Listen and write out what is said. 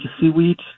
seaweed